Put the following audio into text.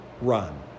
run